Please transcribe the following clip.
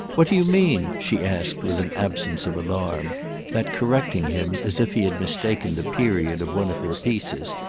what do you mean? she asked with an absence of alarm that, correcting him as if he had mistaken the period of one of her pieces,